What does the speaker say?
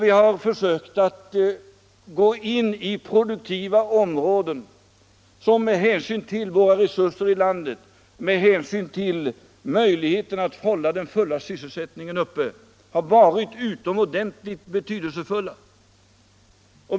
Vi har försökt inrikta oss på produktiv verksamhet som med hänsyn till landets resurser och möjligheterna att upprätthålla den fulla sysselsättningen har varit utomordentligt betydelsefull.